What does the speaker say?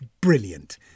brilliant